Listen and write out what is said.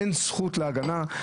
אין זכות להגנה?